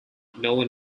known